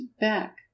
back